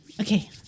Okay